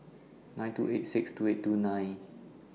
nine two eight six two eight two nine